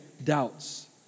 Doubts